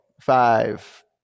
Five